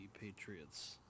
Patriots